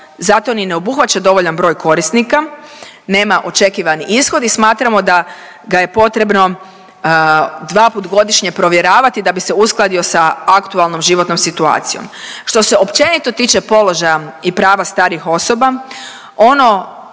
Zato ni ne obuhvaća dovoljan broj korisnika, nema očekivani ishod i smatramo da ga je potrebno dvaput godišnje provjeravati da bi se uskladio sa aktualnom životnom situacijom. Što se općenito tiče položaja i prava starih osoba ono